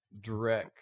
Drek